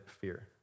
fear